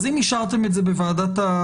אז אם אישרתם את זה בוועדת הבריאות